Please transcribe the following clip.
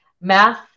Math